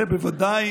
זה בוודאי